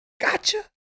Gotcha